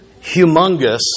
humongous